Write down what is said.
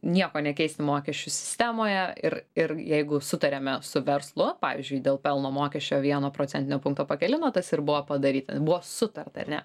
nieko nekeisti mokesčių sistemoje ir ir jeigu sutariame su verslu pavyzdžiui dėl pelno mokesčio vieno procentinio punkto pakilimo tas ir buvo padaryta buvo sutarta ar ne